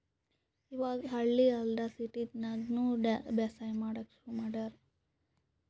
ಇವಾಗ್ ಹಳ್ಳಿ ಅಲ್ದೆ ಸಿಟಿದಾಗ್ನು ಬೇಸಾಯ್ ಮಾಡಕ್ಕ್ ಶುರು ಮಾಡ್ಯಾರ್